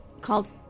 called